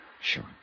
Sure